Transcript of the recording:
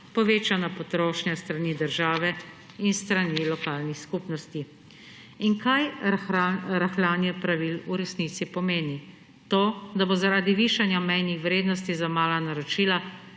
povečana potrošnja s strani države in s strani lokalnih skupnosti. In kaj rahljanje pravil v resnici pomeni? To, da bo zaradi višanja mejnih vrednosti za mala naročila